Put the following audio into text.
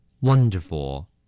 Wonderful